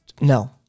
No